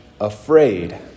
afraid